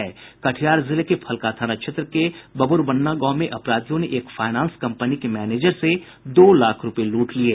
कटिहार जिले के फलका थाना क्षेत्र के बबूरबन्ना गांव में अपराधियों ने एक फायनांस कंपनी के मैनेजर से दो लाख रुपये लूट लिये